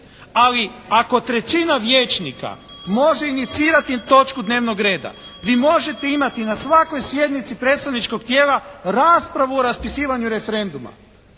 ali ako trećina vijećnika može inicirati točku dnevnog reda vi možete imati na svakoj sjednici predstavničkog tijela raspravu o raspisivanju referenduma.